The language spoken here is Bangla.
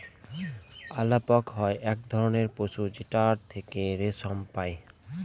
আলাপক হয় এক ধরনের পশু যেটার থেকে রেশম পাই